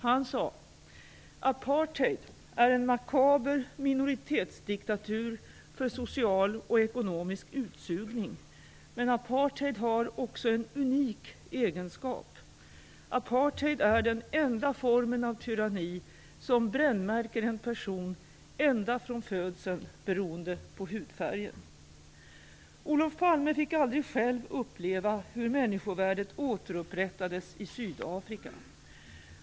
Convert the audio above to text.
Han sade: "Apartheid är en makaber minoritetsdiktatur för social och ekonomisk utsugning, men apartheid har också en unik egenskap. Apartheid är den enda formen av tyranni som brännmärker en person ända från födseln beroende på hudfärgen." Olof Palme fick aldrig själv uppleva hur människovärdet återupprättades i Sydafrika.